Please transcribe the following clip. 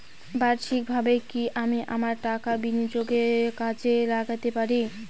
বার্ষিকভাবে কি আমি আমার টাকা বিনিয়োগে কাজে লাগাতে পারি?